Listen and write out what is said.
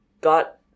got